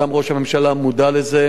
גם ראש הממשלה מודע לזה,